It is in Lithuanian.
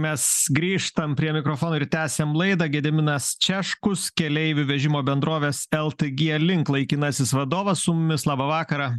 mes grįžtam prie mikrofono ir tęsiam laidą gediminas češkus keleivių vežimo bendrovės ltg link laikinasis vadovas su mumis labą vakarą